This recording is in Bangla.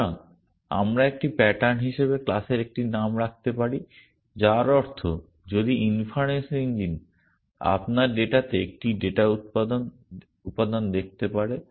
সুতরাং আমরা একটি প্যাটার্ন হিসাবে ক্লাসের একটি নাম রাখতে পারি যার অর্থ যদি ইনফারেন্স ইঞ্জিন আপনার ডেটাতে একটি ডেটা উপাদান দেখতে পারে